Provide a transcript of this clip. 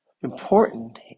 important